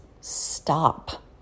stop